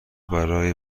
برای